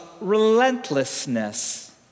relentlessness